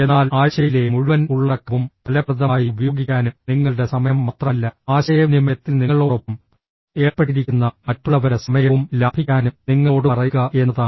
എന്നാൽ ആഴ്ചയിലെ മുഴുവൻ ഉള്ളടക്കവും ഫലപ്രദമായി ഉപയോഗിക്കാനും നിങ്ങളുടെ സമയം മാത്രമല്ല ആശയവിനിമയത്തിൽ നിങ്ങളോടൊപ്പം ഏർപ്പെട്ടിരിക്കുന്ന മറ്റുള്ളവരുടെ സമയവും ലാഭിക്കാനും നിങ്ങളോട് പറയുക എന്നതാണ്